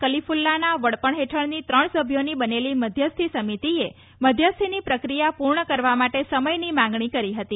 કલિફુલ્લાના વડપણ ફેઠળની ત્રણ સભ્યોની બનેલી મધ્યસ્થી સમિતિએ મધ્યસ્થીની પ્રક્રિયા પૂર્ણ કરવા માટે સમયની માંગણી કરી હતી